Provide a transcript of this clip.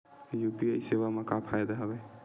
UPI सेवा मा का फ़ायदा हवे?